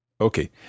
Okay